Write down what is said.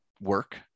work